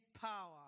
power